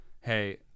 hey